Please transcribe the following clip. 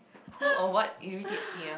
who or what irritates me ah